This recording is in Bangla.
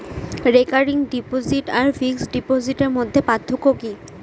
রেকারিং ডিপোজিট আর ফিক্সড ডিপোজিটের মধ্যে পার্থক্য কি?